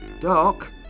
Doc